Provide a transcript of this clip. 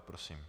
Prosím.